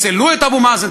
תפסלו את אבו מאזן,